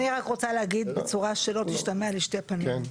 אני רק רוצה להגיד בצורה שלא תשתמע לשני פנים.